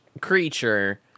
creature